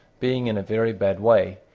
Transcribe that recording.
being in a very bad way,